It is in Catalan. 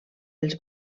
els